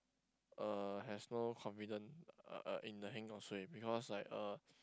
uh has no confident uh uh in the heng or suay because like uh